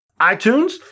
iTunes